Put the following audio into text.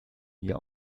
mir